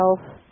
health